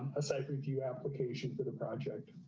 a site review application for the project.